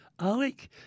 Alec